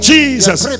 Jesus